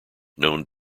known